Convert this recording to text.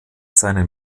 seinen